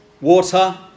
Water